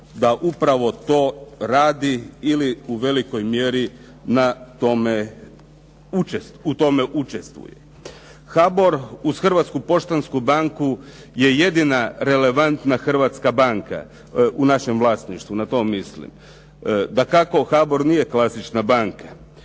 da upravo to radi ili u velikoj mjeri na tome, u tome učestvuje. HABOR uz Hrvatsku poštansku banku je jedina relevantna hrvatska banka, u našem vlasništvu na to mislim. Dakako HABOR nije klasična banka.